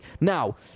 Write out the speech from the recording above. Now